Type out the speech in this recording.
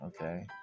Okay